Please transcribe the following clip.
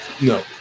no